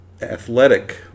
athletic